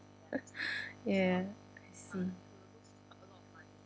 ya I see